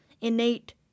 innate